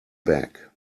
bag